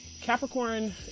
Capricorn